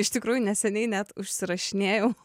iš tikrųjų neseniai net užsirašinėjau